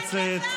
נא לצאת.